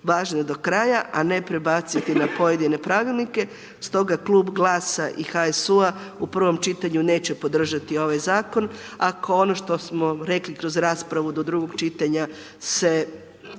važne do kraja, a ne prebaciti na pojedine pravilnike. Stoga Klub GLAS-a i HSU-a u prvom čitanju neće podržati ovaj Zakon ako ono što smo rekli kroz raspravu do drugog čitanja se